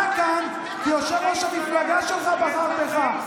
אתה כאן כי יושב-ראש המפלגה שלך בחר בך.